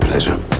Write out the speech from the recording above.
Pleasure